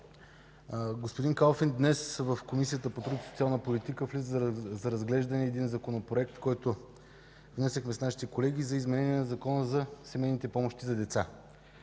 Господин Калфин, днес в Комисията по труда и социална политика влиза за разглеждане един законопроект, който внесохме с нашите колеги, за изменение на Закона за семейните помощи за деца.